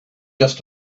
just